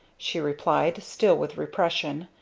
she replied, still with repression.